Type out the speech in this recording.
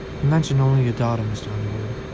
he mentioned only your daughter, mr. underwood